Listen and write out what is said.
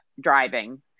driving